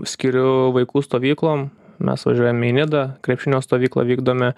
skiriu vaikų stovyklom mes važiuojame į nidą krepšinio stovyklą vykdome